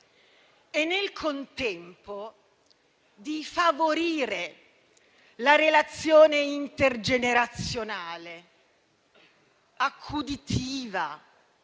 e nel contempo di favorire la relazione intergenerazionale accuditiva,